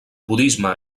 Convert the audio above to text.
budisme